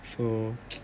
so